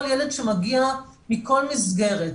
כל ילד שמגיע מכל מסגרת,